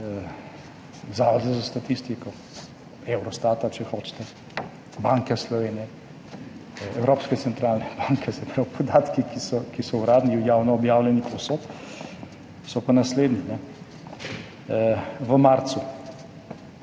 Zavoda za statistiko, Eurostata, če hočete, Banke Slovenije, Evropske centralne banke? Se pravi, podatki, ki so uradni, javno objavljeni povsod, so pa naslednji. V marcu,